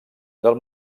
del